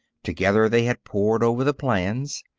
together they had pored over the plans.